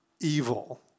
evil